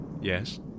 Yes